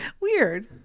Weird